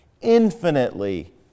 infinitely